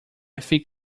think